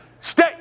stay